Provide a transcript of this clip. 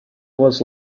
was